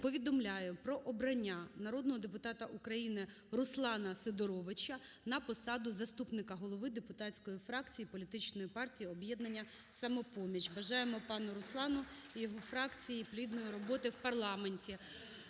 повідомляю про обрання народного депутата України Руслана Сидоровича на посаду заступника голови депутатської фракції політичної партії "Об'єднання "Самопоміч". Бажаємо пану Руслану і його фракції плідної роботи в парламенті.